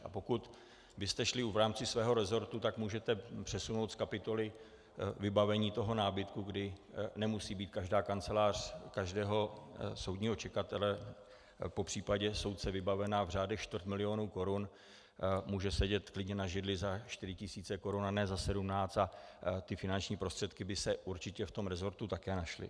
A pokud byste šli v rámci svého rezortu, tak můžete přesunout z kapitoly vybavení toho nábytku, kdy nemusí být každá kancelář každého soudního čekatele, popř. soudce vybavena v řádech čtvrt milionu korun, může sedět klidně na židli za čtyři tisíce korun a ne za sedmnáct a ty finanční prostředky by se určitě v rezortu také našly.